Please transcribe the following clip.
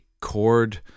chord